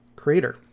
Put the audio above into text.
creator